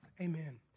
amen